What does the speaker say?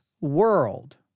World